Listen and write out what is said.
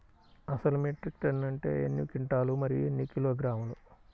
అసలు metric ton అంటే ఎన్ని క్వింటాలు మరియు ఎన్ని కిలోగ్రాములు?